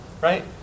Right